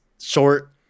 short